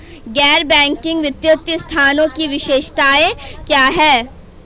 गैर बैंकिंग वित्तीय संस्थानों की विशेषताएं क्या हैं?